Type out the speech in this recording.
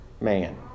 man